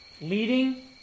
leading